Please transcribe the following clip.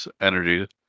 energy